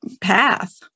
path